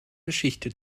geschichte